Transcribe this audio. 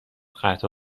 قطع